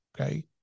Okay